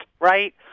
right